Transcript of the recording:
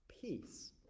peace